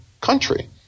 country